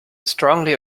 strongly